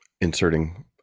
Inserting